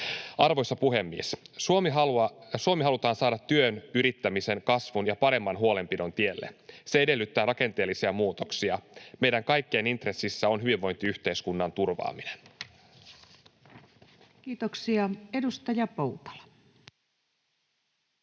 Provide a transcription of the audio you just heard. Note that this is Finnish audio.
Arvoisa puhemies! Suomi halutaan saada työn, yrittämisen, kasvun ja paremman huolenpidon tielle. Se edellyttää rakenteellisia muutoksia. Meidän kaikkien intressissä on hyvinvointiyhteiskunnan turvaaminen. [Speech 498] Speaker: